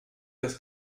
des